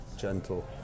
gentle